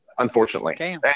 Unfortunately